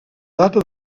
data